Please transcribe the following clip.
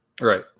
Right